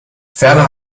ferner